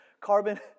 carbon